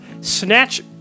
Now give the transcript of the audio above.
snatch